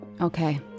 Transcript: Okay